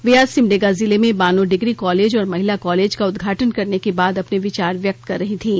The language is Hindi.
वे आज सिमडेगा जिले में बानो डिग्री कॉलेज और महिला कॉलेज का उदघाटन करने के बाद अपने विचार व्यक्त कर रही थीं